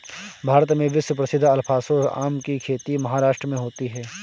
भारत में विश्व प्रसिद्ध अल्फांसो आम की खेती महाराष्ट्र में होती है